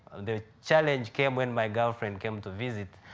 the challenge came when my girlfriend came to visit.